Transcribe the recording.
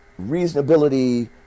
reasonability